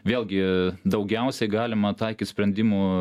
vėlgi daugiausiai galima taikyt sprendimų